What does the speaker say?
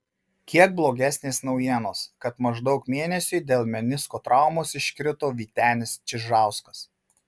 kiek blogesnės naujienos kad maždaug mėnesiui dėl menisko traumos iškrito vytenis čižauskas